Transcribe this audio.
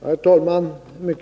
Herr talman!